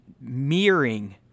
mirroring